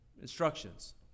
instructions